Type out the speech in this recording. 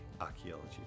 Archaeology